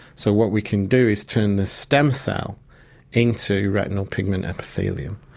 so what we can do is turn the stem cell into retinal pigment epithelium.